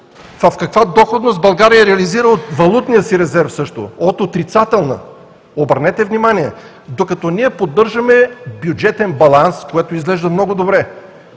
В каква доходност България също реализира валутния си резерв? От отрицателна, обърнете внимание, докато ние поддържаме бюджетен баланс, което изглежда много добре,